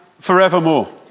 forevermore